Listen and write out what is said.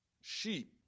Sheep